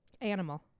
Animal